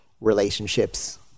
relationships